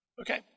Okay